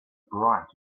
bright